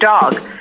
dog